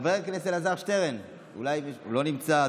חבר הכנסת אלעזר שטרן, הוא לא נמצא.